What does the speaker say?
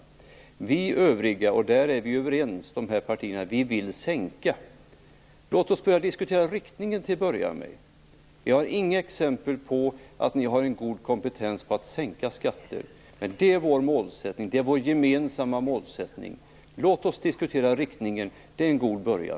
Vi i övriga partier, och där är vi överens, vill sänka skatterna. Låt oss alltså till att börja med diskutera riktningen! Vi har inga exempel på er goda kompetens när det gäller att sänka skatter, men det är vår gemensamma målsättning att göra det. Låt oss, som sagt, diskutera riktningen! Det vore en god början.